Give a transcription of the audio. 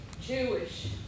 Jewish